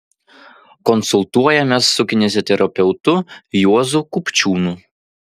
konsultuojamės su kineziterapeutu juozu kupčiūnu